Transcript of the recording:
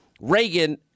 Reagan